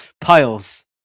Piles